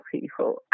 people